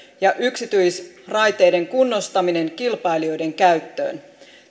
ja yksityisraiteiden kunnostaminen kilpailijoiden käyttöön